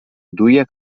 duia